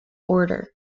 order